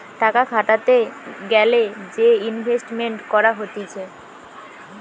টাকা খাটাতে গ্যালে যে ইনভেস্টমেন্ট করা হতিছে